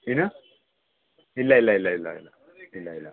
ಏನು ಇಲ್ಲ ಇಲ್ಲ ಇಲ್ಲ ಇಲ್ಲ ಇಲ್ಲ ಇಲ್ಲ ಇಲ್ಲ ಇಲ್ಲ